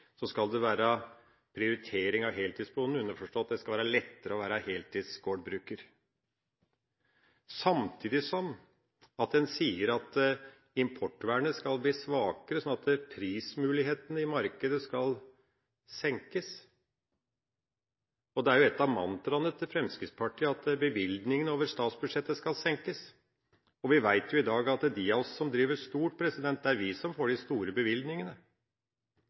skal det være prioritering av heltidsbonden, underforstått at det skal være lettere å være heltidsgårdbruker. Samtidig sier en at importvernet skal bli svakere, sånn at prismulighetene i markedet senkes. Ett av mantraene til Fremskrittspartiet er at bevilgningene over statsbudsjettet skal senkes. Vi vet i dag at de av oss som driver stort, er de som får de store bevilgningene. De store brukene som stadig øker, med økende gjeld – det er der prisene slår mest ut, og det er der bevilgningene